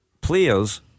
Players